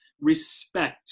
respect